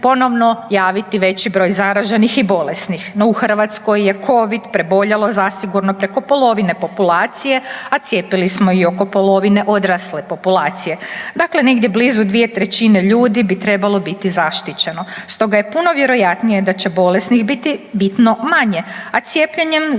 Hrvatskoj je covid preboljelo zasigurno preko polovine populacije, a cijepili smo i oko polovine odrasle populacije, dakle negdje blizu 2/3 ljudi bi trebalo biti zaštićeno. Stoga je puno vjerojatnije da će bolesnih biti bitno manje, a cijepljenjem